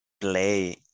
play